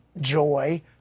joy